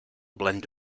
blend